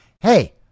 hey